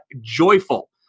joyful